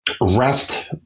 rest